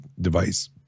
device